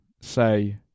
say